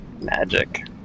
Magic